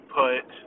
put